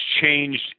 changed